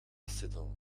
sedan